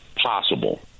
possible